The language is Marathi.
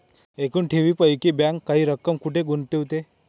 एकूण ठेवींपैकी बँक काही रक्कम कुठे गुंतविते?